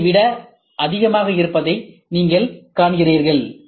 S I விட அதிகமாக இருப்பதை நீங்கள் காண்கிறீர்கள்